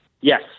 Yes